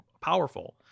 powerful